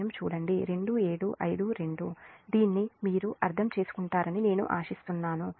మీరు దీన్ని అర్థం చేసుకుంటారని నేను ఆశిస్తున్నాను